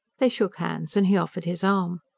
they shook hands, and he offered his arm.